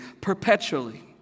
perpetually